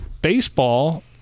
Baseball